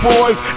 Boys